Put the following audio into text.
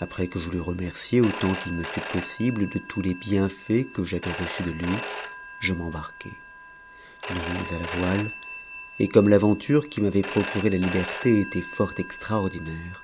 apres que je l'eus remercié autant qu'il me fut possible de tous les bienfaits que j'avais reçus de lui je m'embarqu nous mîmes à la voile et comme l'aventure qui m'avait procuré la l't'cru était fort extraordinaire